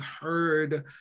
heard